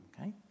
Okay